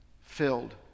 filled